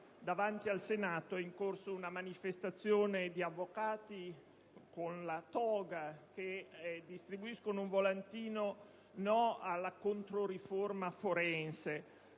davanti al Senato è in corso una manifestazione di avvocati, con tanto di toga, che distribuiscono un volantino intitolato: «No alla controriforma forense».